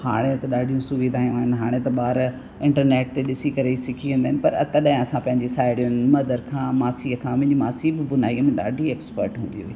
हाणे त ॾाढियूं सुविधाऊं आहिनि हाणे त ॿार इंटरनेट ते ॾिसी करे ई सिखी वेंदा आहिनि पर तॾहिं असां पंहिंजी साहिड़ियुनि मदर खां मासीअ खां मुंहिंजी मासी बि बुनाईअ में ॾाढी एक्सपर्ट हूंदी हुई